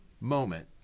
moment